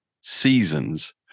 seasons